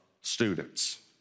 students